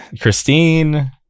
christine